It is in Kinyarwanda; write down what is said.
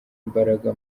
imbaraga